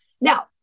Now